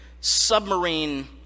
submarine